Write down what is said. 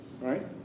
right